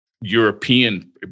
European